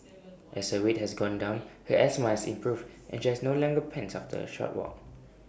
as her weight has gone down her asthma has improved and she no longer pants after A short walk